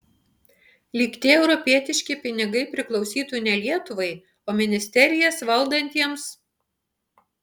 lyg tie europietiški pinigai priklausytų ne lietuvai o ministerijas valdantiems